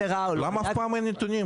למה אף פעם אין נתונים?